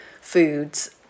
foods